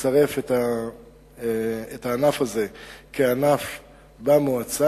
לצרף את הענף הזה כענף במועצה,